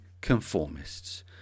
conformists